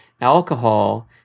alcohol